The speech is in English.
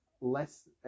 less